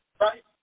right